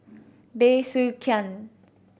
Bey Soo Khiang